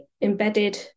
embedded